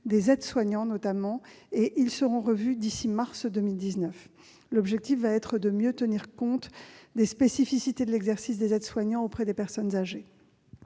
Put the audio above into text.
des aides-soignants ; ils seront revus d'ici au mois de mars 2019. L'objectif est de mieux tenir compte des spécificités de l'exercice des aides-soignants auprès des personnes âgées.